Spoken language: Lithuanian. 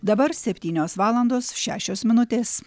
dabar septynios valandos šešios minutės